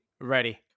Ready